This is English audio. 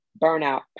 Burnout